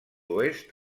oest